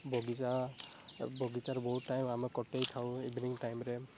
ବଗିଚା ବଗିଚାରେ ବହୁ ଟାଇମ୍ ଆମେ କଟାଇଥାଉ ଇଭିନିଂ ଟାଇମ୍ରେ